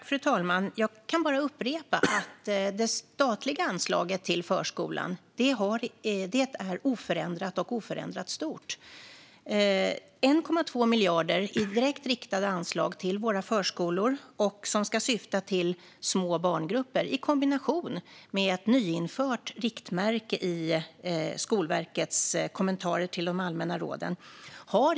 Fru talman! Jag kan bara upprepa att det statliga anslaget till förskolan är oförändrat och oförändrat stort. Det är 1,2 miljarder i direkt riktade anslag till våra förskolor. Det ska syfta till små barngrupper i kombination med ett nyinfört riktmärke i Skolverkets kommentarer till de allmänna råden.